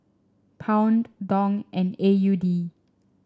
Pound Dong and A U D